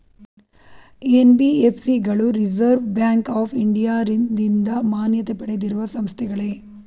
NBFC ಗಳು reserve bank of ಇಂಡಿಯಾದಿಂದ ಮಾನ್ಯತೆ ಪಡೆದಿರುವ ಸಂಸ್ಥೆಗಳೇ?